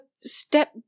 Step